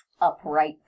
upright